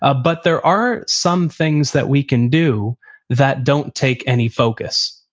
ah but there are some things that we can do that don't take any focus.